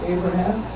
Abraham